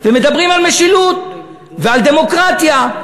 ומדברים על משילות, ועל דמוקרטיה.